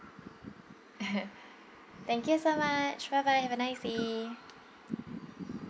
thank you so much bye bye have a nice day